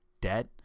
debt